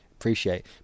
Appreciate